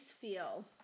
feel